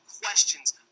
questions